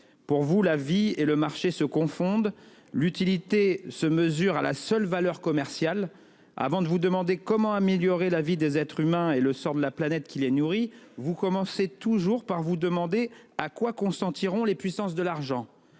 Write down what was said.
Pour vous, la vie et le marché se confondent : l'utilité se mesure à la seule valeur commerciale. Avant de vous demander comment améliorer la vie des êtres humains et le sort de la planète qui les nourrit, vous commencez toujours par vous demander à quoi consentiront les puissances de l'argent.